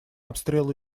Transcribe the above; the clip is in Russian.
обстрелы